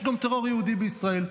יש גם טרור יהודי בישראל.